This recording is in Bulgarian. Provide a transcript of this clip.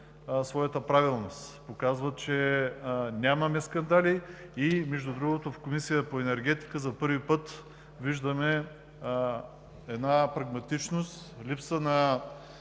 показват, че нямаме скандали. Между другото в Комисията по енергетика за първи път виждаме една прагматичност, липса на